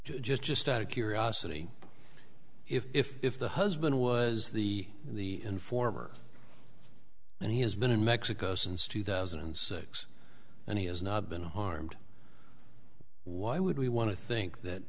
just just out of curiosity if if if the husband was the the informer and he has been in mexico since two thousand and six and he has not been harmed why would we want to think that